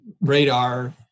radar